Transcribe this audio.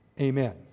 Amen